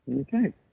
Okay